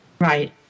Right